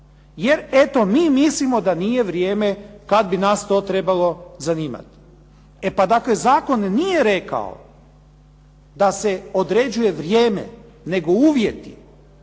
Jer eto mi mislimo da nije vrijeme kada bi nas to trebalo zanimati. E pa dakle zakon nije rekao da se određuje vrijeme, nego uvjeti